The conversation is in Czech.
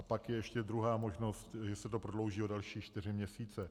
Pak je ještě druhá možnost, že se to prodlouží o další čtyři měsíce.